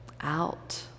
out